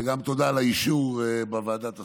וגם תודה על האישור בוועדת השרים.